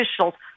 officials